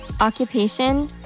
occupation